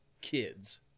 kids